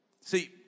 See